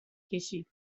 کشید